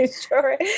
Sure